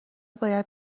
باید